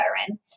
veteran